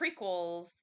prequels